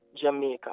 Jamaica